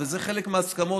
וזה חלק מההסכמות